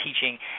teaching